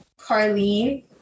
Carlene